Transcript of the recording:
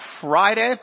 Friday